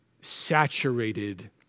saturated